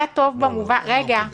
את